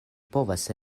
povas